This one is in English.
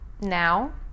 now